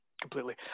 Completely